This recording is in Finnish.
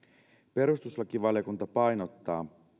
perustuslakivaliokunta painottaa